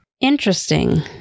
interesting